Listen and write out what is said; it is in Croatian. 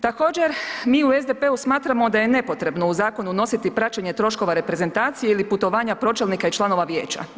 Također, mi u SDP-u smatramo da je nepotrebno u zakon unositi praćenje troškova reprezentacije ili putovanja pročelnika i članova vijeća.